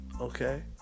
Okay